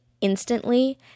instantly